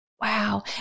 Wow